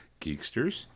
Geeksters